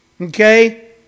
Okay